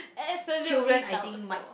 absolutely doubt so